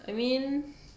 I mean